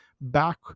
back